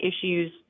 issues